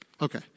Okay